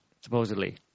supposedly